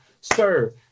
Sir